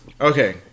Okay